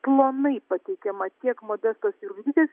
plonai pateikiama tiek modestos jurgaitytės